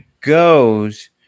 goes